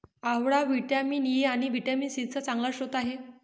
आवळा vitamin E आणि vitamin C चा चांगला स्रोत आहे